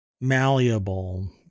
malleable